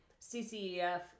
CCEF